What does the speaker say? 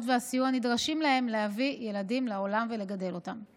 והסיוע הנדרשים להם להביא ילדים לעולם ולגדל אותם.